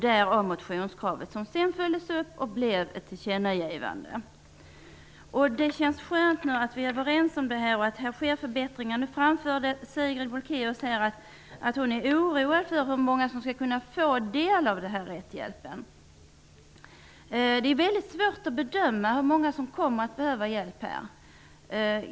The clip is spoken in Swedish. Därav kom motionskravet, som sedan följdes upp och blev ett tillkännagivande. Det känns skönt att vi nu är överens om det här och att det sker förbättringar. Sigrid Bolkéus framförde att hon är oroad för hur många som skall kunna få del av den här rättshjälpen. Det är väldigt svårt att bedöma hur många som kommer att behöva hjälp.